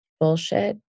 bullshit